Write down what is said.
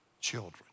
children